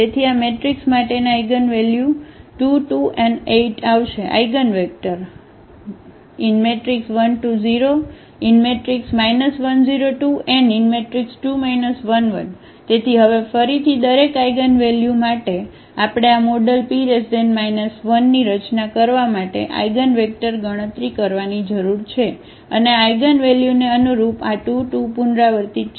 તેથી આ મેટ્રિક્સ માટેના ઇગિનવેલ્યુ 2 2 અને 8 આવશે આઇગનવેક્ટર 1 2 0 1 0 2 2 1 1 તેથી હવે ફરીથી દરેક આઇગનવલ્યુ માટે આપણે આ મોડેલ P 1 ની રચના કરવા માટે આઇગનવેક્ટરની ગણતરી કરવાની જરૂર છે અને આ આઇગનવલ્યુને અનુરૂપ આ 2 2 પુનરાવર્તિત છે